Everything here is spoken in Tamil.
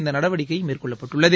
இந்த நடவடிக்கை மேற்கொள்ளப்பட்டுள்ளது